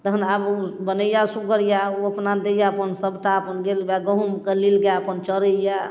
तहन आब उ वनैया सुअर यऽ ओ अपन दैइए अपन सबटा अपन गेल वए अपन गहूँमके नीलगाय अपन चरैया